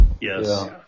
yes